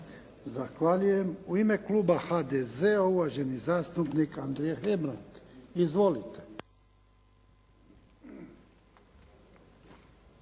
Zahvaljujem. U ime kluba HDZ-a, uvaženi zastupnik Andrija Hebrang. Izvolite.